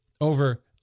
over